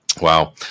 wow